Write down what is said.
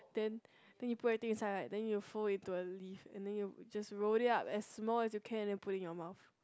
then then you put everything inside right then you fold into a leaf and then you just roll it up as small as you can and put it in your mouth